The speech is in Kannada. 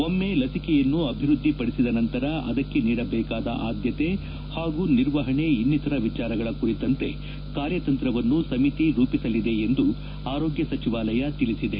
ಒಮ್ಮೆ ಲಸಿಕೆಯ್ನು ಅಭಿವೃದ್ದಿ ಪದಿಸಿದ ನಂತರ ಅದಕ್ಕೆ ನೀಡಬೇಕಾದ ಆದ್ಯತೆ ಹಾಗೂ ನಿರ್ವಹಣೆ ಇನ್ನಿತರ ವಿಚಾರಗಳ ಕುರಿತಂತೆ ಕಾರ್ಯತಂತ್ರವನ್ನು ಸಮಿತಿ ರೂಪಿಸಲಿದೆ ಎಂದು ಆರೋಗ್ಯ ಸಚಿವಾಲಯ ತಿಳಿಸಿದೆ